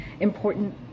important